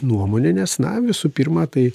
nuomonę nes na visų pirma tai